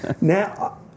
Now